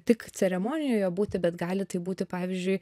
tik ceremonijoje būti bet gali tai būti pavyzdžiui